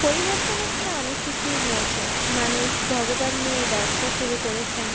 পরিবর্তন এখানে অনেক কিছুই হয়েছে মানুষ ভগবান নিয়ে ব্যবসা শুরু করেছেন